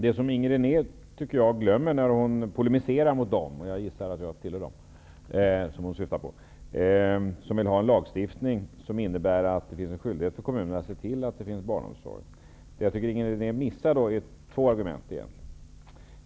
Det som Inger René glömmer när hon polemiserar mot dem -- jag gissar att jag tillhör dem som hon syftar på -- som vill ha en lagstiftning som innebär att det finns en skyldighet för kommunerna att se till att det finns barnomsorg är två skäl.